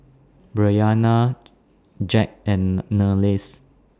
Bryana Jacque and Niles